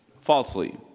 falsely